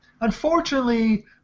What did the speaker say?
Unfortunately